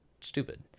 stupid